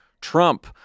Trump